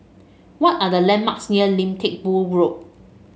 what are the landmarks near Lim Teck Boo Road